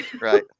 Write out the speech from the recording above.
Right